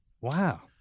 Wow